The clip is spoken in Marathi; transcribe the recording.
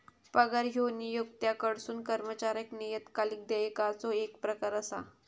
पगार ह्यो नियोक्त्याकडसून कर्मचाऱ्याक नियतकालिक देयकाचो येक प्रकार असा